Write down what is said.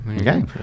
Okay